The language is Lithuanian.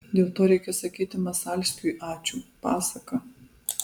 dėl to reikia sakyti masalskiui ačiū pasaka